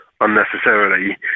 unnecessarily